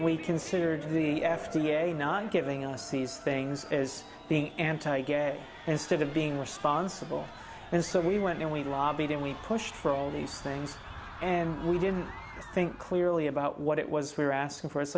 we considered the f d a not giving us these things as being anti gay instead of being responsible and so we went and we lobbied and we pushed for all these things and we didn't think clearly about what it was we're asking for